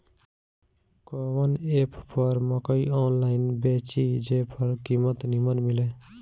कवन एप पर मकई आनलाइन बेची जे पर कीमत नीमन मिले?